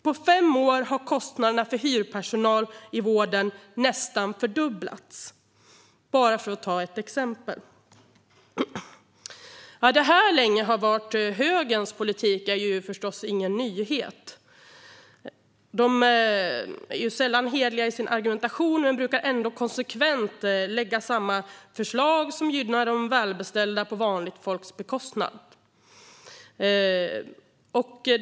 På fem år har kostnaderna för hyrpersonal i vården nästan fördubblats, bara för att ta ett exempel. Att detta länge har varit högerns politik är förstås ingen nyhet. De är sällan hederliga i sin argumentation men brukar ändå konsekvent lägga fram förslag som gynnar de välbeställda på vanligt folks bekostnad.